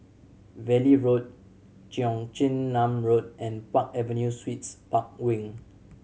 Valley Road Cheong Chin Nam Road and Park Avenue Suites Park Wing